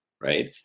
right